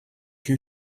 you